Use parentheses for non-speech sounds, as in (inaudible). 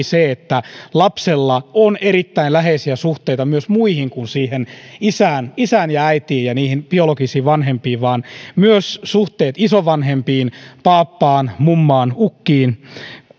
(unintelligible) se että lapsella on erittäin läheisiä suhteita myös muihin kuin isään ja äitiin niihin biologisiin vanhempiin ja että myös suhteet isovanhempiin paappaan mummaan ukkiin